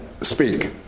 speak